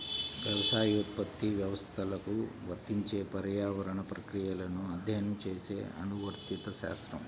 వ్యవసాయోత్పత్తి వ్యవస్థలకు వర్తించే పర్యావరణ ప్రక్రియలను అధ్యయనం చేసే అనువర్తిత శాస్త్రం